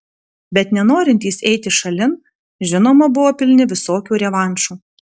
bet nenorintys eiti šalin žinoma buvo pilni visokių revanšų